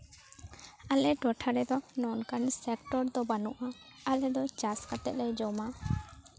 ᱟᱞᱮ ᱴᱚᱴᱷᱟ ᱨᱮᱫᱚ ᱱᱚᱝᱠᱟᱱ ᱥᱮᱠᱴᱚᱨ ᱫᱚ ᱵᱟᱹᱱᱩᱜᱼᱟ ᱟᱞᱮ ᱫᱚ ᱪᱟᱥ ᱠᱟᱛᱮᱫ ᱞᱮ ᱡᱚᱢᱟ